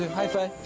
high five.